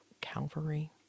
Calvary